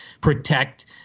protect –